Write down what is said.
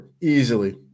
easily